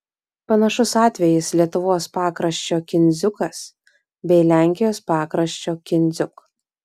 panašus atvejis lietuvos pakraščio kindziukas bei lenkijos pakraščio kindziuk